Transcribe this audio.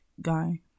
guy